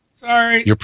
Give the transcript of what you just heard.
Sorry